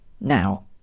now